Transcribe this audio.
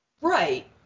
Right